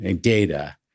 data